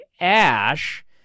Ash